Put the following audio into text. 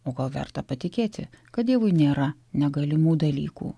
o ko verta patikėti kad dievui nėra negalimų dalykų